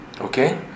okay